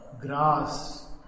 grass